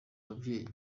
ababyeyi